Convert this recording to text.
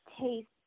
taste